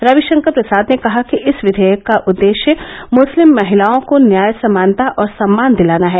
रविशंकर प्रसाद ने कहा कि इस विधेयक का उद्देश्य मुस्लिम महिलाओं को न्यायँ समानता और सम्मान दिलाना है